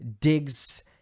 digs